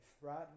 Right